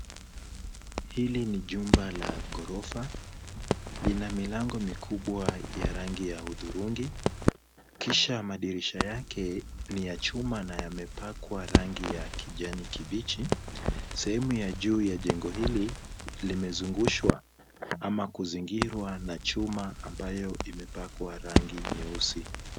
Hili ni jumba la ghorofa. Lina milango mikubwa ya rangi ya hudhurungi kisha madirisha yake ni ya chuma na yamepakwa rangi ya kijani kibichi. Sehemu ya juu ya jengo hili limezungushwa ama kuzingirwa na chuma ambayo imepakwa rangi nyeusi.